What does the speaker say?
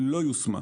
לא יושמה,